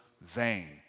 vain